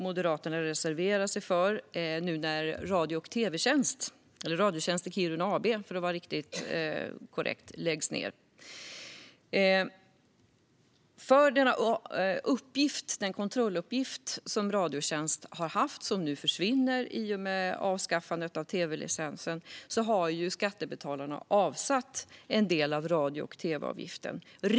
Moderaterna reserverar sig också nu när Radiotjänst i Kiruna AB läggs ned. För den kontrolluppgift som Radiotjänst har haft, och som försvinner i och med avskaffandet av tv-licensen, har skattebetalarna avsatt en del av radio och tv-avgiften.